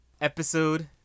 Episode